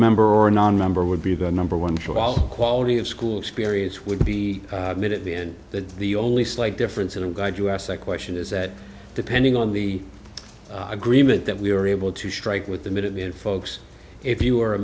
member or a nonmember would be the number one show all quality of school experience would be made at the end that the only slight difference and i'm glad you asked that question is that depending on the agreement that we are able to strike with the minuteman folks if you are a